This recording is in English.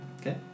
Okay